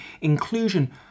inclusion